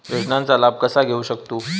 योजनांचा लाभ कसा घेऊ शकतू?